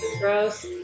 Gross